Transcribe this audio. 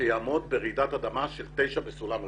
שיעמוד ברעידת אדמה של 9 בסולם ריכטר.